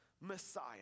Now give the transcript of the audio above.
Messiah